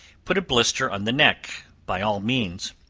put a blister on the neck, by all means.